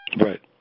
Right